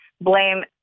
blame